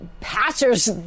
passers